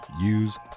Use